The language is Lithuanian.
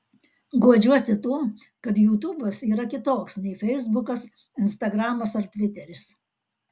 guodžiuosi tuo kad jutubas yra kitoks nei feisbukas instagramas ar tviteris